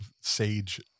sage